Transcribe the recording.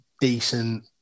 decent